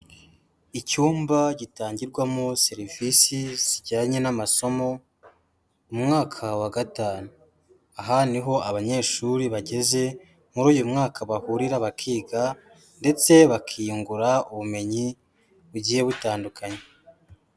Icyumba gitangirwamo serivisi zijyanye n'amasomo mu mwaka wa gatanu. Aha ni ho abanyeshuri bageze muri uyu mwaka bahurira bakiga ndetse bakiyungura ubumenyi bugiye butandukanye.